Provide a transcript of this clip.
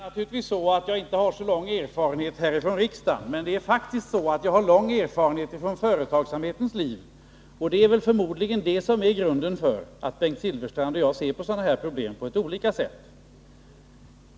Herr talman! Jag har inte så lång erfarenhet från riksdagen, men jag har faktiskt lång erfarenhet från företagsamhetens liv. Och detta är väl förmodligen grunden till att Bengt Silfverstrand och jag ser på de här problemen på olika sätt.